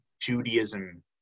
Judaism